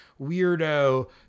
weirdo